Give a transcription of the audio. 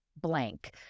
Blank